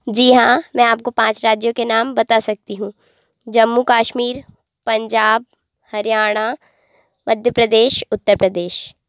जी हाँ मैं आपको पाँच राज्यों के नाम बता सकती हूँ जम्मू कश्मीर पंजाब हरियाणा मध्य प्रदेश उत्तर प्रदेश